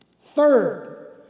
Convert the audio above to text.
Third